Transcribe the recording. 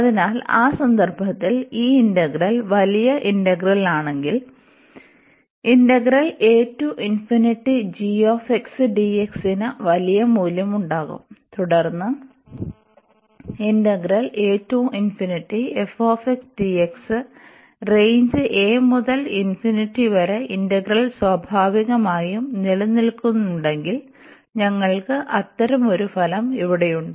അതിനാൽ ആ സന്ദർഭത്തിൽ ഈ ഇന്റഗ്രൽ വലിയ ഇന്റഗ്രൽ ആണെങ്കിൽ ഇന്റഗ്രൽ ന് വലിയ മൂല്യമുണ്ടാകും തുടർന്ന് ഇന്റഗ്രൽ റേഞ്ച് a മുതൽ ഇന്റഗ്രൽ സ്വാഭാവികമായും നിലനിൽക്കുന്നുണ്ടെങ്കിൽ ഞങ്ങൾക്ക് അത്തരമൊരു ഫലം ഇവിടെയുണ്ട്